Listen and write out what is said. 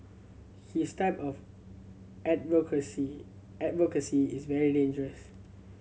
his type of advocacy advocacy is very dangerous